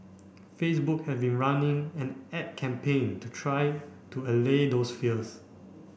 Facebook have been running an ad campaign to try to allay those fears